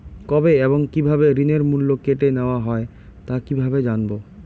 কবে এবং কিভাবে ঋণের মূল্য কেটে নেওয়া হয় তা কিভাবে জানবো?